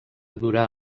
durà